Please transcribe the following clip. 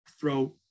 throw